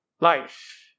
life